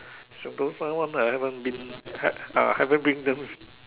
Sentosa one I haven't been have ah haven't bring them